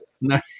No